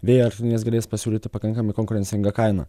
vėjo elektrinės galės pasiūlyti pakankamai konkurencingą kainą